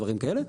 דברים כאלה.